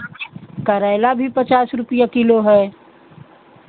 करेला भी पचास रुपैया किलो है